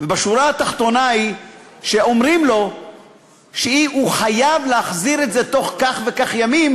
והשורה התחתונה היא שאומרים לו שהוא חייב להחזיר את זה תוך כך וכך ימים,